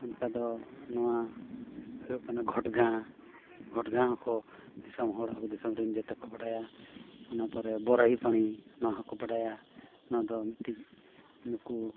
ᱚᱱᱠᱟ ᱫᱚ ᱱᱚᱣᱟ ᱦᱩᱭᱩᱜ ᱠᱟᱱᱟ ᱜᱷᱚᱴᱜᱟᱸ ᱜᱷᱚᱴᱜᱟᱸ ᱦᱚᱸᱠᱚ ᱫᱤᱥᱚᱢ ᱦᱚᱲ ᱟᱵᱚ ᱫᱤᱥᱚᱢ ᱨᱮᱱ ᱡᱮᱛᱮ ᱠᱚ ᱵᱟᱲᱟᱭᱟ ᱚᱱᱟ ᱯᱚᱨᱮ ᱵᱳᱨᱟᱦᱤᱯᱟᱱᱤ ᱱᱚᱣᱟ ᱦᱚᱸᱠᱚ ᱵᱟᱰᱟᱭᱟ ᱚᱱᱟ ᱫᱚ ᱢᱤᱫᱴᱤᱡ ᱱᱩᱠᱩ